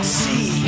see